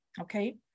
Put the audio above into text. okay